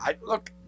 Look